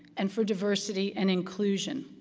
and for diversity and inclusion.